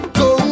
go